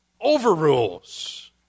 overrules